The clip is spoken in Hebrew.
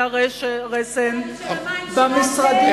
הרסן במשרדים החברתיים כדי לממן את ההישרדות שלך.